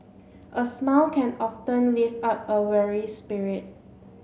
a smile can often lift up a weary spirit